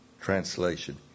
Translation